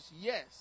yes